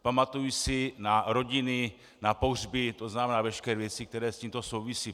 Pamatuji si na rodiny, na pohřby, to znamená veškeré věci, které s tímto souvisí.